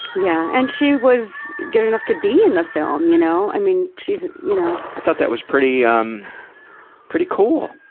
yeah and she was good enough to be in the film, you know. i mean she's, you know. i thought that was pretty. um pretty cool.